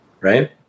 Right